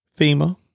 FEMA